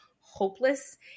hopeless